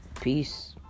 peace